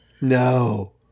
No